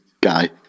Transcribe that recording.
guy